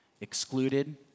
excluded